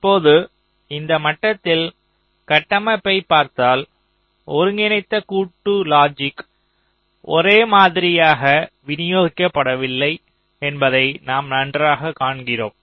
இப்போது இந்த மட்டத்தில் கட்டமைப்பை பார்த்தால் ஒருங்கிணைந்த கூட்டு லாஜிக் ஒரே மாதிரியாக விநியோகிக்கப்படவில்லை என்பதை நாம் நன்றாக காண்கிறோம்